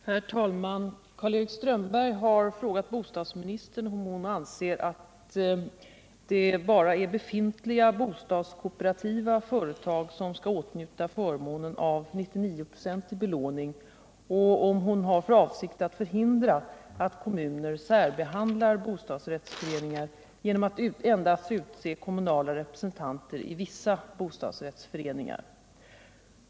Herr talman! Karl-Erik Strömberg har frågat bostadsministern om hon anser att det bara är befintliga bostadskooperativa företag som skall åtnjuta förmånen av 99-procentig belåning och om hon har för avsikt att förhindra att kommuner särbehandlar bostadsrättsföreningar genom att endast utse kommunala representanter i vissa bostadsrättsföreningar.